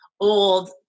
old